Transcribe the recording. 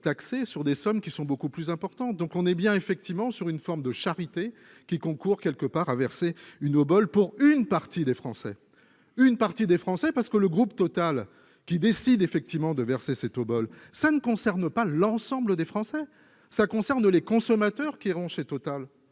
taxé sur des sommes qui sont beaucoup plus importantes, donc on est bien effectivement sur une forme de charité qui concourt quelque part à verser une obole pour une partie des Français, une partie des français parce que le groupe Total qui décide effectivement de verser cette obole, ça ne concerne pas l'ensemble des Français, ça concerne les consommateurs qui auront chez Total